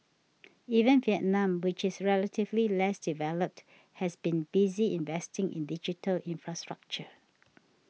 even Vietnam which is relatively less developed has been busy investing in digital infrastructure